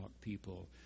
people